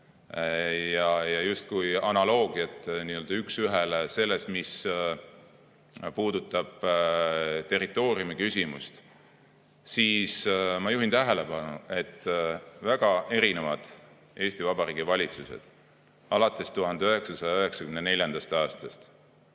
ja justkui analoogiat üks ühele selles, mis puudutab territooriumi küsimust, siis ma juhin tähelepanu, et väga erinevad Eesti Vabariigi valitsused alates 1994. aastast